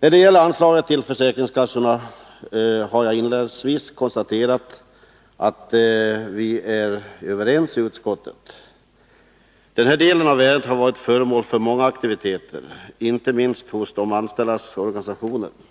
När det gäller anslaget till försäkringskassorna är vi, som jag inledningsvis konstaterade, överens i utskottet. Den här delen av ärendet har varit föremål för många aktiviteter, inte minst hos de organisationer som företräder de anställda